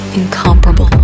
incomparable